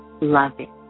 loving